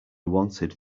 wanted